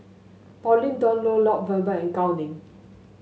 Pauline Dawn Loh Lloyd Valberg and Gao Ning